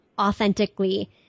authentically